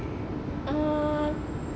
ah